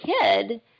kid